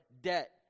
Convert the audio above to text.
debt